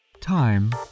Time